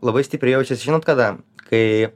labai stipriai jaučias žinot kada kai